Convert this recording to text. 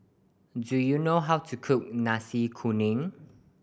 do you know how to cook Nasi Kuning